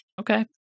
Okay